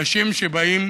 אנשים שבאים